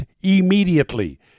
Immediately